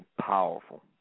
powerful